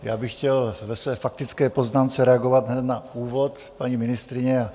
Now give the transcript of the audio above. Já bych chtěl ve své faktické poznámce reagovat hned na úvod paní ministryně.